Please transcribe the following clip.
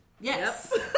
Yes